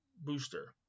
booster